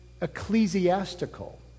ecclesiastical